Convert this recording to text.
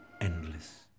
endless